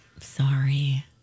Sorry